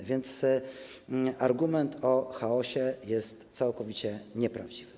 A więc argument o chaosie jest całkowicie nieprawdziwy.